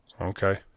Okay